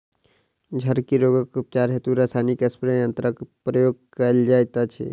झड़की रोगक उपचार हेतु रसायनिक स्प्रे यन्त्रकक प्रयोग कयल जाइत अछि